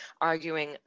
arguing